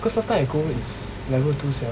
because last time I go is level two sia